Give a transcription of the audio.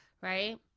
right